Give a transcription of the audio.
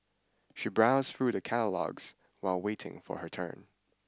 she browsed through the catalogues while waiting for her turn